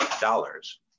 dollars